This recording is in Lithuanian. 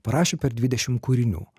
parašė per dvidešim kūrinių